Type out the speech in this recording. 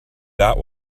that